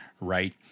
right